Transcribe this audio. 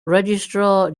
registrar